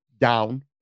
down